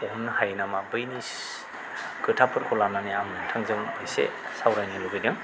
हमनो हायो नामा बैनि खोथाफोरखौ लानानै आं नोंथांजों एसे सावरायनो लुबैदों